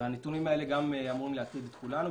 והנתונים האלה אמורים להטריד את כולנו,